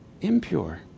Impure